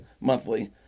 Monthly